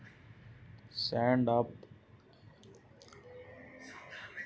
stand up India ಬರೆ SC ST ಮತ್ತ ಹೆಣ್ಣಮಕ್ಕುಳ ಸಲಕ್ ಅದ